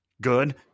good